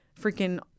freaking